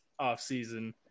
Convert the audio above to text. offseason